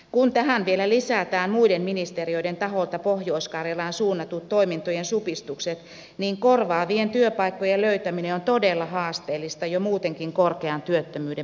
kun tähän vielä lisätään muiden ministeriöiden taholta pohjois karjalaan suunnatut toimintojen supistukset niin korvaavien työpaikkojen löytäminen on todella haasteellista jo muutenkin korkean työttömyyden maakunnassa